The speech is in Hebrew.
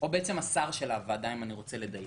אלכס קושניר, בבקשה.